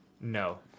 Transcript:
No